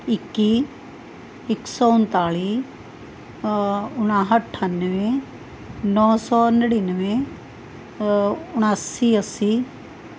ਇੱਕੀ ਇੱਕ ਸੌ ਉਨਤਾਲੀ ਉਣਾਹਠ ਅੱਠਾਨਵੇਂ ਨੌ ਸੌ ਨੜਿਨਵੇਂ ਉਣਾਸੀ ਅੱਸੀ